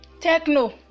Techno